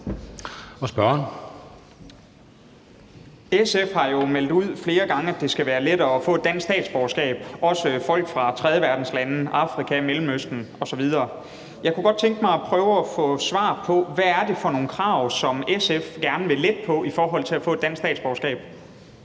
SF har jo meldt ud flere gange, at det skal være lettere at få et dansk statsborgerskab, også for folk fra tredjeverdenslande i Afrika, Mellemøsten osv. Jeg kunne godt tænke mig at få svar på, hvad det er for nogle krav, som SF gerne vil lette på i forhold til at få et dansk statsborgerskab.